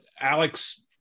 Alex